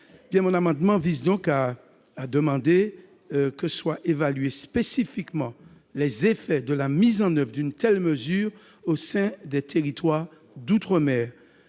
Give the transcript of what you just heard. Cet amendement vise donc à demander que soient évalués spécifiquement les effets de la mise en oeuvre d'une telle mesure au sein des territoires d'outre-mer.